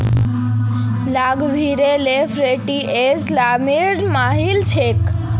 रघुवीरेल ली front end loader machine छेक